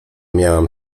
miałam